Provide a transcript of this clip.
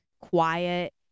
quiet